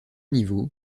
niveaux